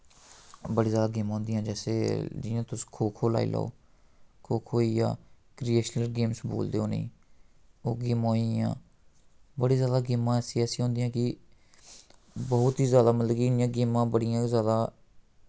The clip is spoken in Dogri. बड़ी जैदा गेमां होंदियां जैसे जि'यां तुस खो खो लाई लाओ खो खो होई गेआ क्रीयेशनल गेम्स बोलदे उ'नें ई ओह् गेमां होइयां बड़ी जैदा गेमां ऐसी ऐसियां होंदियां कि ब्हौत ही जैदा मतलब कि इ'यां गेमां बड़ियां गै जैदा